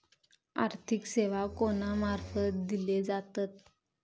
आर्थिक सेवा कोणा मार्फत दिले जातत?